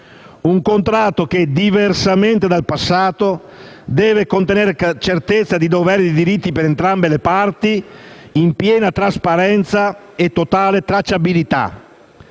Il contratto, diversamente dal passato, deve contenere certezza di doveri e di diritti per entrambe le parti, in piena trasparenza e totale tracciabilità.